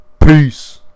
Peace